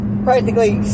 practically